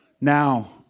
Now